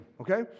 okay